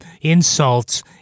insults